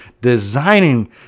designing